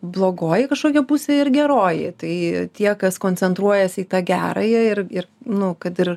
blogoji kažkokia pusė ir geroji tai tie kas koncentruojasi į tą gerąją ir ir nu kad ir